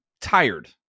tired